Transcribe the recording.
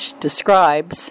describes